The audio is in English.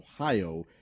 Ohio